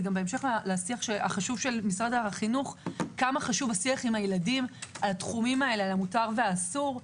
כמה חשוב השיח עם הילדים על התחומים האלה של מותר ואסור,